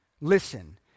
Listen